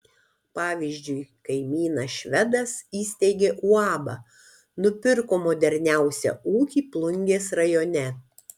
pavyzdžiui kaimynas švedas įsteigė uabą nupirko moderniausią ūkį plungės rajone